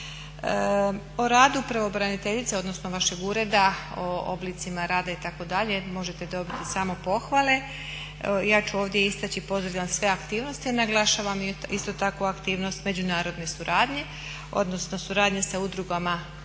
O radu pravobraniteljice odnosno vašeg ureda, o oblicima rada itd., možete dobiti samo pohvale. Ja ću ovdje istaći, pozdravljam sve aktivnosti, a naglašavam isto tako aktivnost međunarodne suradnje odnosno suradnje sa udrugama koje